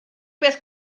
beth